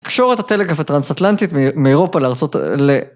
תקשורת הטלגרף הטרנס-אטלנטית מאירופה לארצות...